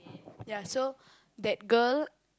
ya so that girl